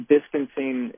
Distancing